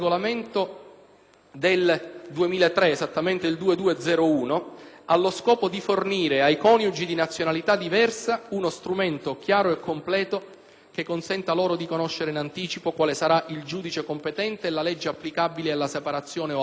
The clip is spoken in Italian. n. 2201 del 2003 allo scopo di fornire, ai coniugi di nazionalità diversa, uno strumento chiaro e completo che consenta loro di conoscere in anticipo quale sarà il giudice competente e la legge applicabile alla separazione o al divorzio.